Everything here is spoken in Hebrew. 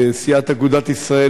לסיעת אגודת ישראל,